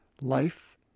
Life